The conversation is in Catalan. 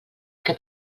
que